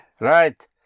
Right